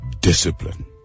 discipline